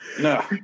No